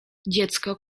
dziecko